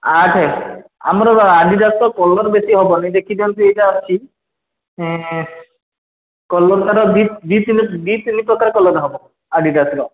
ଆଠ ଆମର ଆଡ଼ିଡ଼ାସ୍ର ତ କଲର୍ ବେଶି ହେବନି ଦେଖିଦିଅନ୍ତୁ ଏଇଟା ଅଛି କଲର୍ ତାର ଦୁଇ ତିନି ପ୍ରକାର କଲର୍ ହେବ ଆଡ଼ିଡ଼ାସ୍ର